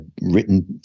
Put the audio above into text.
written